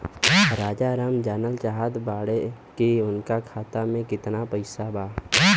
राजाराम जानल चाहत बड़े की उनका खाता में कितना पैसा बा?